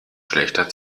schlechter